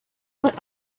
but